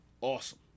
awesome